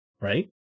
right